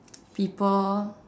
people